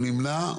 הוא נמנע.